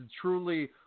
truly